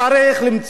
אינני אומר,